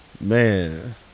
man